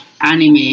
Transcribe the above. anime